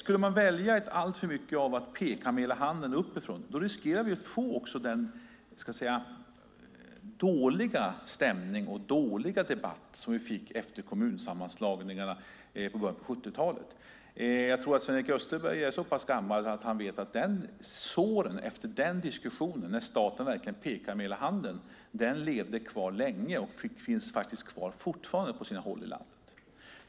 Om vi väljer att uppifrån peka med hela handen riskerar vi att få samma dåliga stämning och dåliga debatt som uppstod efter kommunsammanslagningarna i början av 70-talet. Jag tror att Sven-Erik Österberg är så pass gammal att han vet att såren efter den diskussionen, när staten verkligen pekade med hela handen, levde kvar länge och finns fortfarande kvar på sina håll i landet.